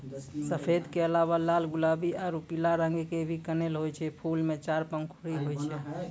सफेद के अलावा लाल गुलाबी आरो पीला रंग के भी कनेल होय छै, फूल मॅ चार पंखुड़ी होय छै